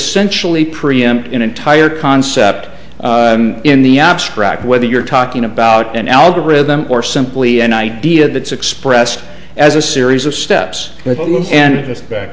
sentially preempt an entire concept in the abstract whether you're talking about an algorithm or simply an idea that's expressed as a series of steps and